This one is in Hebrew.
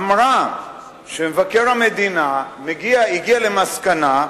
אמרה שמבקר המדינה הגיע למסקנה,